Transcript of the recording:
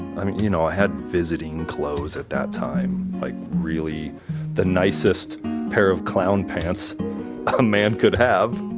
you know, i had visiting clothes at that time like really the nicest pair of clown pants a man could have